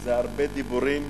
זה הרבה דיבורים.